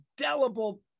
indelible